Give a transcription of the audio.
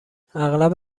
اغلب